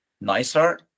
nicer